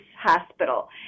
hospital